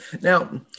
Now